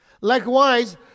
Likewise